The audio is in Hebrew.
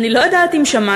אני לא יודעת אם שמעתם,